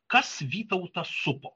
kas vytautą supo